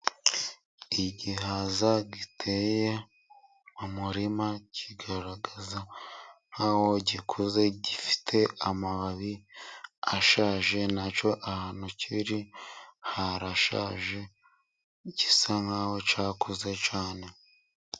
Igihaza giteye mu murima kigaragara nk'aho gikuze gifite amababi ashaje, nacyo ahantu kiri harashaje, gisa nk'aho cyakuze cyane.